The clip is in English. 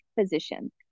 physician